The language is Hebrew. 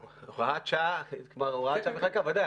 ודאי,